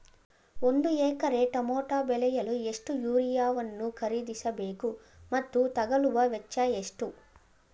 ಒಂದು ಎಕರೆ ಟಮೋಟ ಬೆಳೆಯಲು ಎಷ್ಟು ಯೂರಿಯಾವನ್ನು ಖರೀದಿಸ ಬೇಕು ಮತ್ತು ತಗಲುವ ವೆಚ್ಚ ಎಷ್ಟು?